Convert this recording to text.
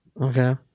Okay